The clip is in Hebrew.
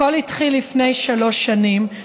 הכול התחיל לפני שלוש שנים,